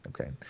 Okay